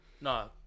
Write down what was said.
No